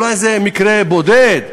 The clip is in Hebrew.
אולי זה מקרה בודד,